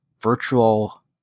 virtual